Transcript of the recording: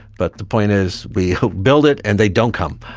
but the point is we build it and they don't come.